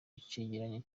icegeranyo